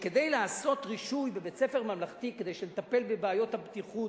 שכדי לעשות רישוי בבית-ספר ממלכתי כדי שנטפל בבעיות הבטיחות